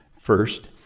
first